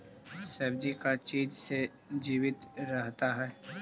सब्जी का चीज से जीवित रहता है?